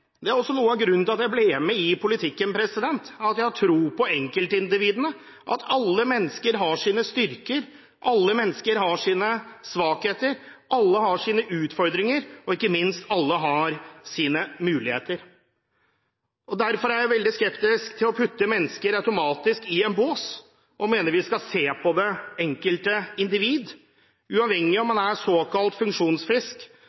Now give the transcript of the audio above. Det er også noe av grunnen til at jeg ble med i politikken, at jeg har tro på enkeltindividene, at alle mennesker har sine styrker, alle mennesker har sine svakheter, alle har sine utfordringer, og – ikke minst – alle har sine muligheter. Derfor er jeg veldig skeptisk til automatisk å putte mennesker i bås, og jeg mener vi skal se på det enkelte individ uavhengig av om